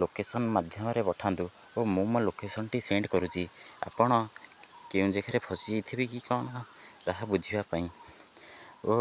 location ମାଧ୍ୟମରେ ପଠାନ୍ତୁ ଓ ମୁଁ ମୋ ଲୋକେଶନଟି ସେଣ୍ଡ କରୁଛି ଆପଣ କେଉଁ ଜାଗାରେ ଫସିଯାଇଥିବେ କି କ'ଣ ତାହା ବୁଝିବା ପାଇଁ ଓ